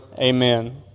Amen